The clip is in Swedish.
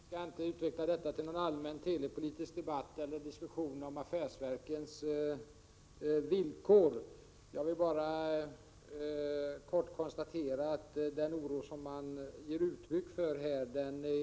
Herr talman! Vi skall inte utveckla detta till någon allmän telepolitisk debatt eller diskussion om affärsverkens villkor. Jag vill bara kort konstatera att den oro som man ger uttryck för här inte är befogad. Prot.